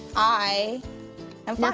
i am fine,